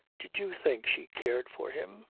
did you think she cared for him?